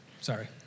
Sorry